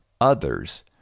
others